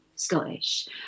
Scottish